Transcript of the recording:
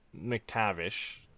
McTavish